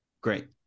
great